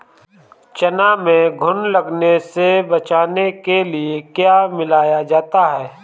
चना में घुन लगने से बचाने के लिए क्या मिलाया जाता है?